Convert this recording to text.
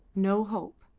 no hope,